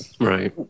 Right